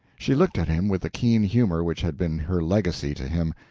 she looked at him with the keen humor which had been her legacy to him.